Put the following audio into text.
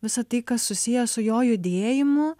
visa tai kas susiję su jo judėjimu